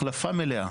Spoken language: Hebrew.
החלפה מלאה.